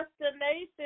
destination